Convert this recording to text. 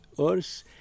Earth